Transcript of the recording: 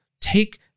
take